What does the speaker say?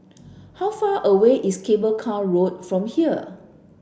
how far away is Cable Car Road from here